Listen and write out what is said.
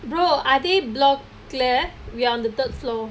bro அதே:athae block குளே:kulae we are on the third floor